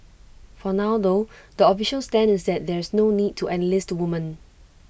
for now though the official stand is that there's no need to enlist women